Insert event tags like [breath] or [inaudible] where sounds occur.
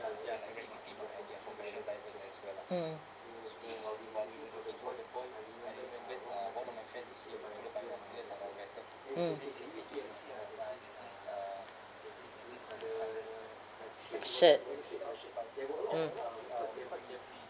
mm [breath] mm shirt mm